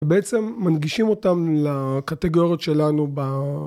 ובעצם מנגישים אותם לקטגוריות שלנו